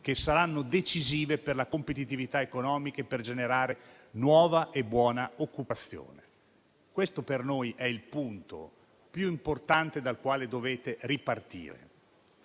che saranno decisive per la competitività economica e per generare nuova e buona occupazione. Questo per noi è il punto più importante dal quale dovete ripartire.